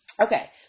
Okay